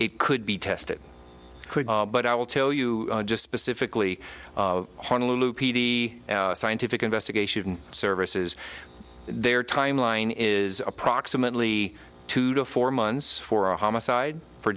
it could be tested but i will tell you just specifically honolulu p d scientific investigation services their timeline is approximately two to four months for a homicide for